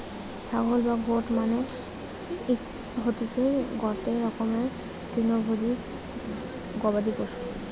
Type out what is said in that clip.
ছাগল বা গোট মানে হতিসে গটে রকমের তৃণভোজী গবাদি পশু